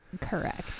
Correct